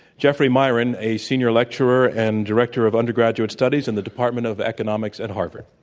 jeffrey miron, a senior lecturer and director of undergraduate studies in the department of economics at harvard.